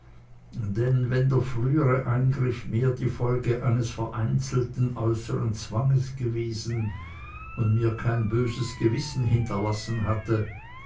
denn wenn der frühere eingriff mehr die folge eines vereinzelten äußern zwanges gewesen und mir kein böses gewissen hinterlassen hatte